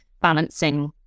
balancing